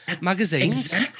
Magazines